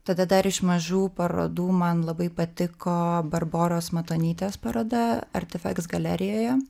tada dar iš mažų parodų man labai patiko barboros matonytės paroda artifeks galerijoje